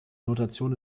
notation